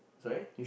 sorry